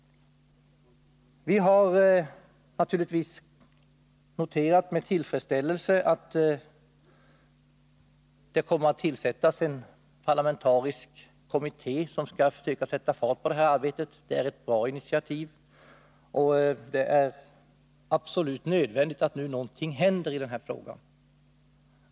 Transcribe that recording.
Vi har naturligtvis noterat med tillfredsställelse att det kommer att tillsättas en parlamentarisk kommitté, som skall försöka sätta fart på det här arbetet. Det är ett bra initiativ, och det är absolut nödvändigt att något nu händer i den här frågan.